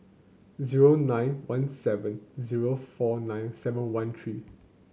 zero nine one seven zero four nine seven one three